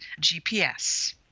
GPS